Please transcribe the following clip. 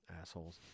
Assholes